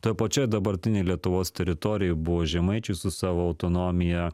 toj pačioj dabartinėj lietuvos teritorijoj buvo žemaičiai su savo autonomija